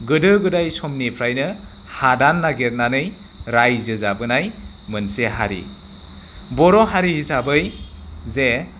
गोदो गोदाय समनिफ्रायनो हादान नागिरनानै रायजो जाबोनाय मोनसे हारि बर' हारि हिसाबै जे